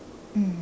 mm